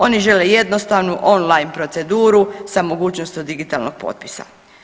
Oni žele jednostavnu on-line proceduru sa mogućnošću digitalnog potpisa.